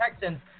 Texans